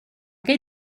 che